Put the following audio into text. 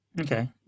Okay